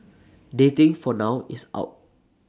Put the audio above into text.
dating for now is out